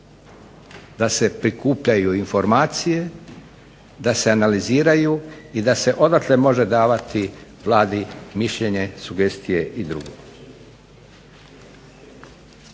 da se prikupljaju informacije, da se analiziraju i da se odatle može davati Vladi mišljenje, sugestije i drugo.